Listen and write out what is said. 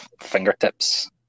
fingertips